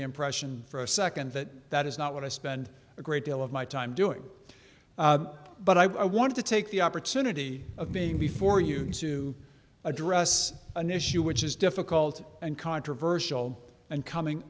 the impression for a second that that is not what i spend a great deal of my time doing but i want to take the opportunity of being before you to address an issue which is difficult and controversial and coming